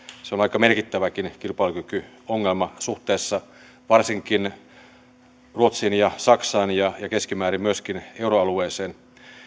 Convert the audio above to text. se on aika merkittäväkin kilpailukykyongelma suhteessa varsinkin ruotsiin ja saksaan ja keskimäärin myöskin euroalueeseen